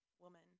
woman